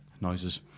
Noises